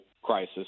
crisis